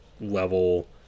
level